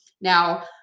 Now